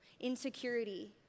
insecurity